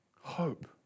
Hope